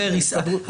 סבירות.